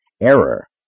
Error